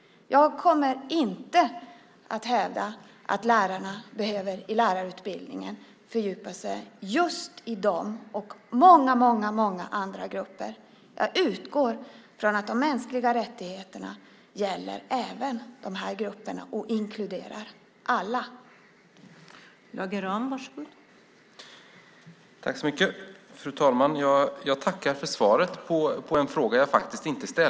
Jag kommer inte att hävda att man inom lärarutbildningen behöver fördjupa sig i gruppen HBT-personer och väldigt många andra grupper. Jag utgår från att de mänskliga rättigheterna gäller även de här grupperna och inkluderar alla .